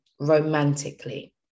romantically